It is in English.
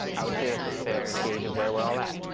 i would say that's a fair gauge of where we're all at.